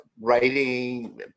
writing